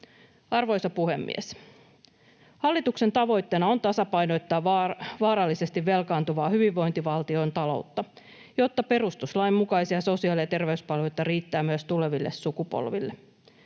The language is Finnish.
Arvoisa puhemies! Hallituksen tavoitteena on tasapainottaa vaarallisesti velkaantuvaa hyvinvointivaltion taloutta, jotta perustuslain mukaisia sosiaali- ja terveyspalveluita riittää myös tuleville sukupolville.